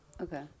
Okay